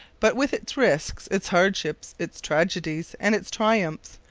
but with its risks, its hardships, its tragedies, and its triumphs,